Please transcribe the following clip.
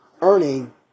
earning